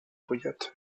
powiat